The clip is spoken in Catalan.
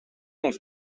els